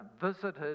visited